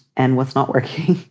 and what's not working,